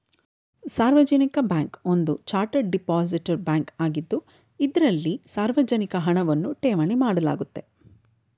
ಸಾರ್ವಜನಿಕ ಬ್ಯಾಂಕ್ ಒಂದು chartered depository bank ಆಗಿದ್ದು ಇದ್ರಲ್ಲಿ ಸಾರ್ವಜನಿಕ ಹಣವನ್ನ ಠೇವಣಿ ಮಾಡಲಾಗುತ್ತೆ